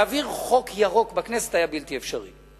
להעביר חוק ירוק בכנסת היה בלתי אפשרי.